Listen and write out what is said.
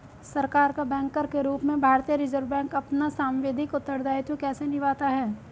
सरकार का बैंकर के रूप में भारतीय रिज़र्व बैंक अपना सांविधिक उत्तरदायित्व कैसे निभाता है?